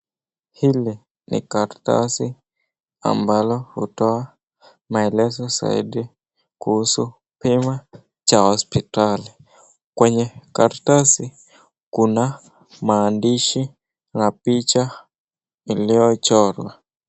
Hili ni karatasi ambalo hutoa maelezo zaidi kuhusu bima cha hospitali. Kwenye karatasi kuna maandishi na picha iliochorwa.